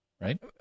right